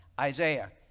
Isaiah